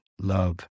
love